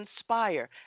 inspire